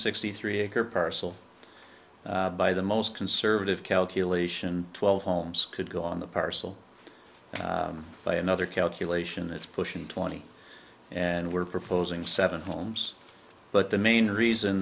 sixty three acre parcel by the most conservative calculation twelve homes could go on the parcel by another calculation it's pushing twenty and we're proposing seven homes but the main reason